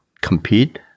compete